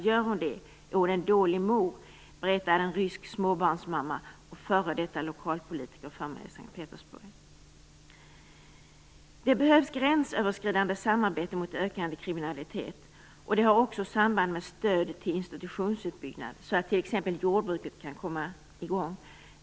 Gör hon det är hon en dålig mor, berättar en rysk småbarnsmamma och f.d. lokalpolitiker i S:t Petersburg för mig. Det behövs gränsöverskridande samarbete mot ökande kriminalitet. Det har också samband med stöd till institutionsutbyggnad, så att t.ex. jordbruket kan komma i gång.